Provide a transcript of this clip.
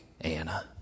Anna